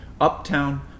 Uptown